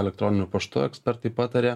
elektroniniu paštu ekspertai pataria